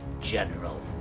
General